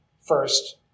first